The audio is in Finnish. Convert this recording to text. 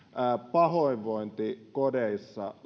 pahoinvointi kodeissa